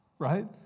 Right